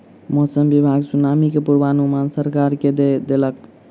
मौसम विभाग सुनामी के पूर्वानुमान सरकार के दय देलक